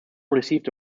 received